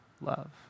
love